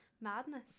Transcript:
Madness